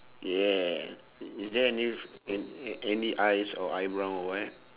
yeah i~ is there any a~ any eyes or eyebrow or what